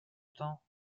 temps